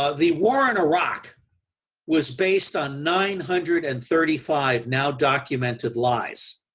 ah the war in iraq was based on nine hundred and thirty five now documented lies.